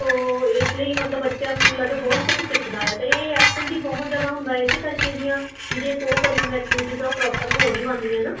ਸੋ ਇਸ ਲਈ ਮਤਲਬ ਬੱਚਾ ਸਕੂਲ ਤੋਂ ਬਹੁਤ ਕੁਝ ਸਿੱਖਦਾ ਆ ਅਤੇ ਇਹ ਐਬਸੈਂਟ ਦੀ ਬਹੁਤ ਜ਼ਿਆਦਾ ਹੁੰਦਾ ਇਸੇ ਕਰਕੇ ਦੀਆਂ ਜਿਹੜੀਆਂ ਐਕਟੀਵਿਟੀਜ਼ ਆ ਉਹ ਪ੍ਰੋਪਰ ਹੋ ਨਹੀਂ ਆਉਂਦੀਆਂ ਨਾ